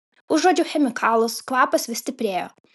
užuodžiau chemikalus kvapas vis stiprėjo